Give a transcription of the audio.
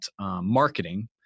marketing